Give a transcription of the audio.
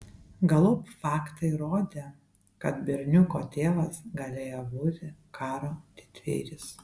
galop faktai rodė kad berniuko tėvas galėjo būti karo didvyris